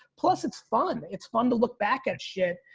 plus it's fun. it's fun to look back at shit.